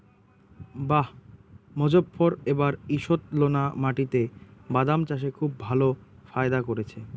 বাঃ মোজফ্ফর এবার ঈষৎলোনা মাটিতে বাদাম চাষে খুব ভালো ফায়দা করেছে